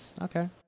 Okay